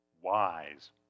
Wise